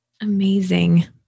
Amazing